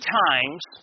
times